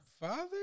father